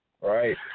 Right